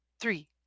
three